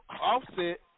Offset